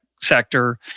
sector